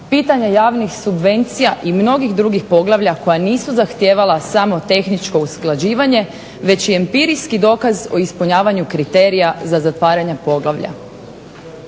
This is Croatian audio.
pitanja javnih subvencija i mnogih drugih poglavlja koja nisu zahtijevala samo tehničko usklađivanje već empirijski dokaz o ispunjavanju kriterija za zatvaranja poglavlja.